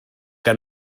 que